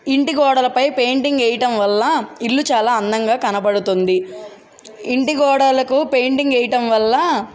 ఇంటి గోడలపై పెయింటింగ్ వేయటం వల్ల ఇల్లు చాలా అందంగా కనబడుతుంది ఇంటి గోడలకు పెయింటింగ్ వేయటం వల్ల